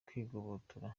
kwigobotora